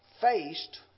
faced